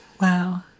Wow